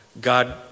God